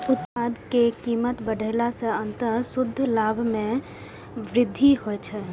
उत्पाद के कीमत बढ़ेला सं अंततः शुद्ध लाभ मे वृद्धि होइ छै